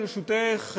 ברשותך,